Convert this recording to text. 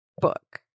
book